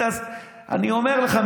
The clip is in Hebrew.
אני אומר לך,